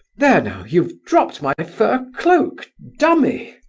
there, now, you've dropped my fur cloak dummy!